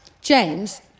James